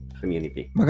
community